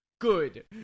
Good